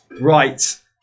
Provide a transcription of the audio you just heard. Right